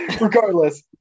regardless